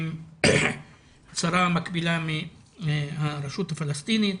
עם השרה המקבילה מהרשות הפלסטינית,